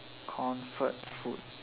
comfort food